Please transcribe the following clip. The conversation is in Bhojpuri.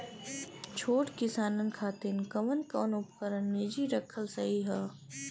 छोट किसानन खातिन कवन कवन उपकरण निजी रखल सही ह?